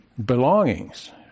belongings